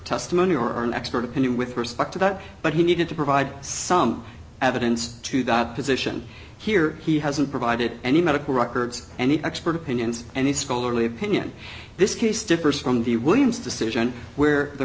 testimony or an expert opinion with respect to that but he needed to provide some evidence to that position here he hasn't provided any medical records and expert opinions and his scholarly opinion this case differs from the williams decision where the